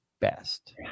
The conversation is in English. best